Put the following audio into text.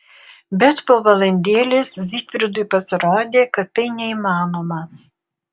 bet po valandėlės zygfridui pasirodė kad tai neįmanoma